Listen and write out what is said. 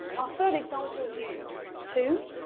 our third example is too.